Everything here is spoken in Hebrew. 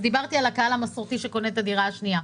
דיברתי על הקהל המסורתי שקונה דירה שנייה.